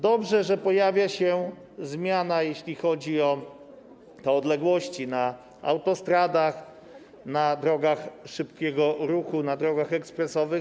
Dobrze, że pojawia się zmiana, jeśli chodzi o te odległości na autostradach, na drogach szybkiego ruchu, na drogach ekspresowych.